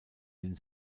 den